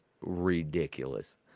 ridiculous